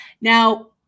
Now